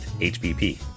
HBP